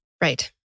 right